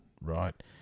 Right